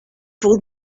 pour